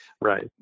right